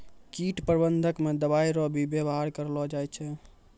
कीट प्रबंधक मे दवाइ रो भी वेवहार करलो जाय छै